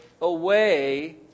away